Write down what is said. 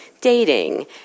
dating